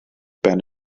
ben